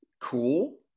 cool